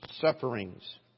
sufferings